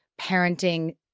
parenting